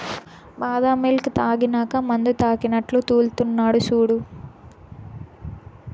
బాదం మిల్క్ తాగినాక మందుతాగినట్లు తూల్తున్నడు సూడు